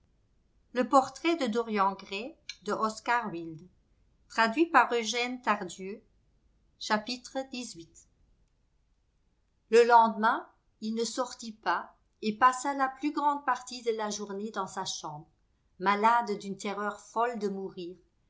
e lendemain il ne sortit pas et passa la plus grande partie de la journée dans sa chambre malade d'une terreur folle de mourir